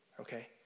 okay